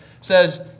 says